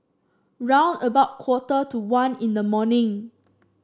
round about quarter to one in the morning